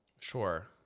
Sure